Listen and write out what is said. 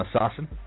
assassin